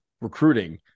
recruiting